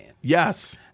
Yes